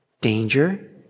danger